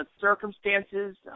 circumstances